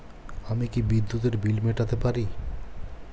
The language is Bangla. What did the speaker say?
আমি কি বিদ্যুতের বিল মেটাতে পারি?